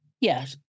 Yes